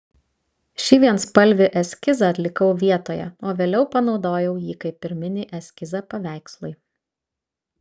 šį vienspalvį eskizą atlikau vietoje o vėliau panaudojau jį kaip pirminį eskizą paveikslui